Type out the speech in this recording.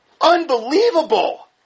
Unbelievable